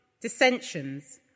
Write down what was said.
dissensions